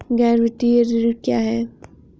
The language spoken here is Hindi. गैर वित्तीय ऋण क्या है?